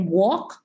walk